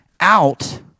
out